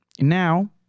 Now